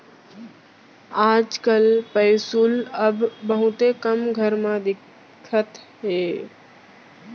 आज काल पौंसुल अब बहुते कम घर म दिखत हे